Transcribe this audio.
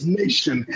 nation